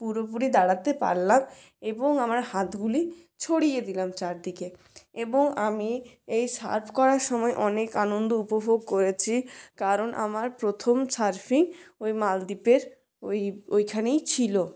পুরোপুরি দাঁড়াতে পারলাম এবং আমার হাতগুলি ছড়িয়ে দিলাম চারদিকে এবং আমি এই সার্ফ করার সময় অনেক আনন্দ উপভোগ করেছি কারণ আমার প্রথম সার্ফই ওই মালদ্বীপের ওই ওখানেই ছিল